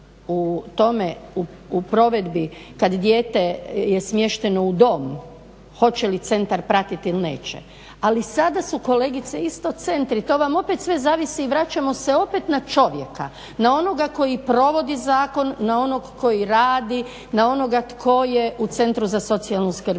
propusta u provedbi kad dijete je smješteno u dom, hoće li centar pratit ili neće, ali sada su kolegice isto centri, to vam opet sve zavisi i vraćamo se opet na čovjeka, na onoga koji provodi zakon, na onog koji radi, na onog tko je u centru za socijalnu skrb zaposlen.